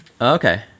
Okay